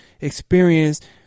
experienced